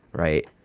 right?